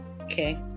Okay